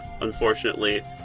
unfortunately